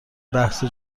بحث